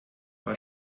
war